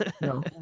no